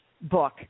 book